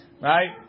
right